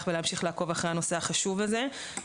ולהמשיך לעקוב אחרי הנושא החשוב הזה.